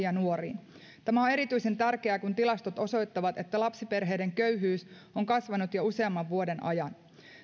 ja nuoriin tämä on erityisen tärkeää kun tilastot osoittavat että lapsiperheiden köyhyys on kasvanut jo useamman vuoden ajan